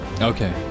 Okay